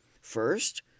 First